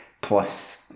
Plus